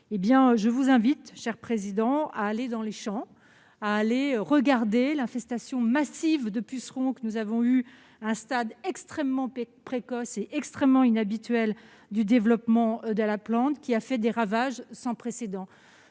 Je vous invite, cher Guillaume Gontard, à vous rendre dans les champs pour observer l'infestation massive de pucerons que nous avons connue, à un stade extrêmement précoce et extrêmement inhabituel du développement de la plante, et qui a causé des ravages sans précédent.